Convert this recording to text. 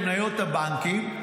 למניות הבנקים,